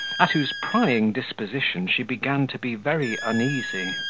at whose prying disposition she began to be very uneasy.